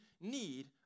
need